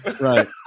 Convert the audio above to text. Right